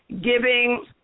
giving